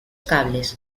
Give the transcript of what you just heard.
cables